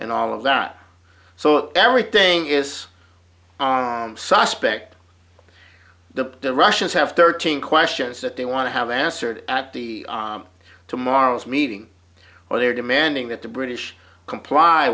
and all of that so everything is suspect the russians have thirteen questions that they want to have answered at the tomorrow's meeting or they are demanding that the british comply